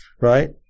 Right